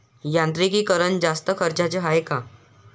यांत्रिकीकरण जास्त खर्चाचं हाये का?